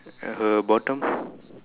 her bottom